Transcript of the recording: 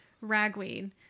ragweed